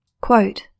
Quote